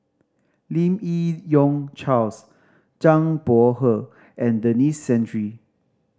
Lim Yi Yong Charles Zhang Bohe and Denis Santry